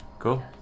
cool